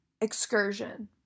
excursion